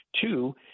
Two